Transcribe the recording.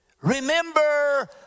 remember